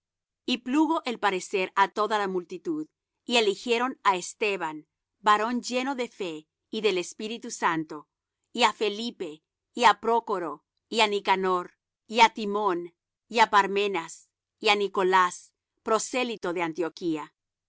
y plugo el parecer á toda la multitud y eligieron á esteban varón lleno de fe y de espíritu santo y á felipe y á prócoro y á nicanor y á timón y á parmenas y á nicolás prosélito de antioquía